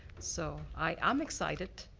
so, i'm excited.